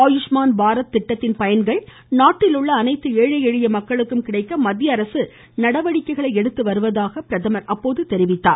ஆயுஷ்மான் பாரத் திட்டத்தின் பயன்கள் நாட்டிலுள்ள அனைத்து ஏழை எளிய மக்களுக்கும் கிடைக்க மத்திய அரசு நடவடிக்கைகள் எடுத்துவருவதாக கூறினார்